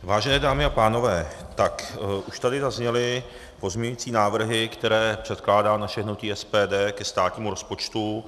Vážené dámy a pánové, tak už tady zazněly pozměňovací návrhy, které předkládá naše hnutí SPD ke státnímu rozpočtu.